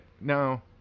No